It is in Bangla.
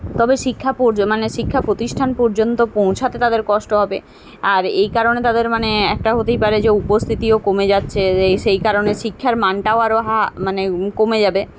তবে শিক্ষা পোর্য মানে শিক্ষা প্রতিষ্ঠান পর্যন্ত পৌঁছাতে তাদের কষ্ট হবে আর এই কারণে তাদের মানে একটা হতেই পারে যে উপস্থিতিও কমে যাচ্ছে এ সেই কারণে শিক্ষার মানটাও আরো হাঁ মানে কমে যাবে